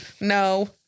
No